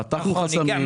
פתחנו חסמים.